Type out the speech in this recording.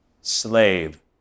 slave